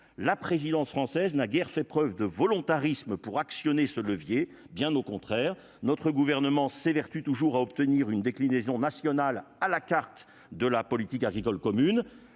la présidence française n'a guère fait preuve de volontarisme pour actionner ce levier, bien au contraire, notre gouvernement s'évertue toujours à obtenir une déclinaison nationale à la carte de la politique agricole commune,